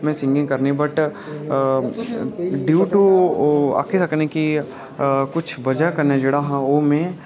में singing but due to आक्खी सकने आं कि कुछ बजाह् कन्नै हा ओह् में